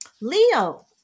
Leo